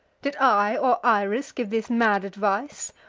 did i or iris give this mad advice,